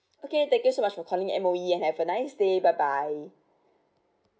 okay thank you so much for calling M_O_E and have a nice day bye bye